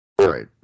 Right